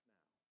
now